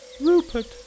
Rupert